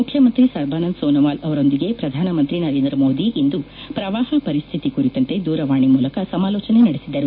ಮುಖ್ಯಮಂತ್ರಿ ಸರ್ಬಾನಂದ್ ಸೋನೊವಾಲ್ ಅವರೊಂದಿಗೆ ಪ್ರಧಾನಮಂತ್ರಿ ನರೇಂದ್ರ ಮೋದಿ ಇಂದು ಪ್ರವಾಹ ಪರಿಸ್ಗಿತಿ ಕುರಿತಂತೆ ದೂರವಾಣಿ ಮೂಲಕ ಸಮಾಲೋಚನೆ ನಡೆಸಿದರು